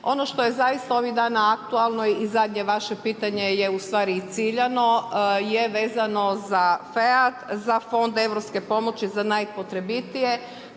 Ovo što je zaista ovih dana aktualno i zadnje vaše pitanje je ustvari i ciljano je vezano za FEAD za Fond europske pomoći za najpotrebitije,